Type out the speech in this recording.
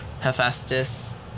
Hephaestus